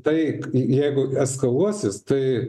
taik jeigu eskaluosis tai